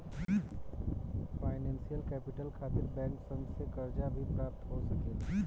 financial capital खातिर bank सन से कर्जा भी प्राप्त हो सकेला